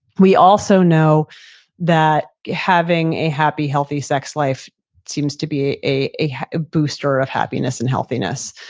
we also know that having a happy healthy sex life seems to be a a booster of happiness and healthiness.